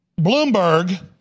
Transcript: Bloomberg